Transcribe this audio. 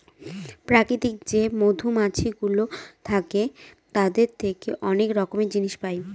প্রাকৃতিক যে মধুমাছিগুলো থাকে তাদের থেকে অনেক রকমের জিনিস পায়